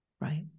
right